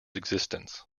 existence